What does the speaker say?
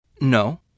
No